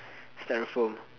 styrofoam